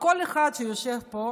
או של כל אחד שיושב פה,